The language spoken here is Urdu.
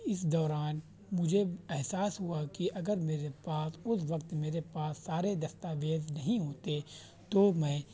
اس دوران مجھے احساس ہوا کہ اگر میرے پاس اس وقت میرے پاس سارے دستاویز نہیں ہوتے تو میں